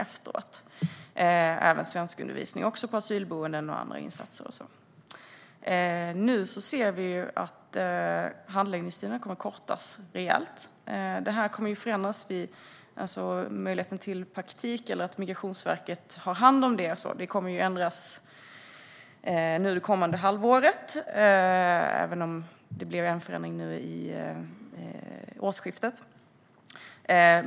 Det fanns även andra insatser såsom svenskundervisning på asylboendet. Nu ser vi att handläggningstiderna kommer att kortas rejält. Möjligheten till praktik eller att Migrationsverket har hand om detta kommer att ändras under det kommande halvåret. Det blev visserligen även en förändring vid årsskiftet.